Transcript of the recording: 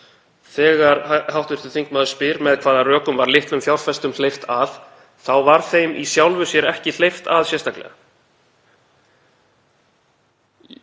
„Þegar hv. þingmaður spyr: Með hvaða rökum var litlum fjárfestum hleypt að? þá var þeim í sjálfu sér ekki hleypt að sérstaklega.“